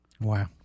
Wow